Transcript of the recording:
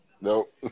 Nope